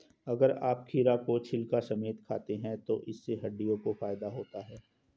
अगर आप खीरा को छिलका समेत खाते हैं तो इससे हड्डियों को फायदा होता है